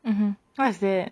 mmhmm what's that